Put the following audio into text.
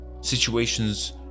Situations